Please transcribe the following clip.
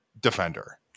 defender